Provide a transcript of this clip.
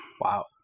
Wow